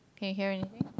can you hear anything